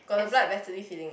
got the vessely feeling eh